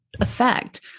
effect